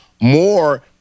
more